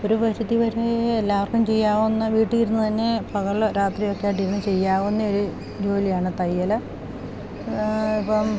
ഒരു പരിധിവരെ എല്ലാവർക്കും ചെയ്യാവുന്ന വീട്ടിലിരുന്ന് തന്നെ പകൽ രാത്രിയൊക്കെ വീട്ടിലിരുന്ന് ചെയ്യാവുന്നൊരു ജോലിയാണ് തയ്യല് ഇപ്പം